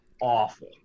awful